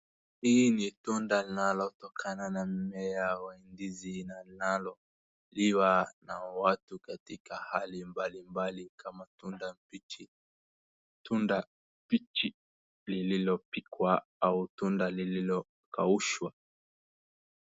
Hii ni tunda ambalo linatokana na mmea wa ndizi na linaloliwa na watu katika hali mbalimbali kama tunda mbichi, tunda mbichi lililopikwa au tunda lililokaushwa.